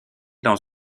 dans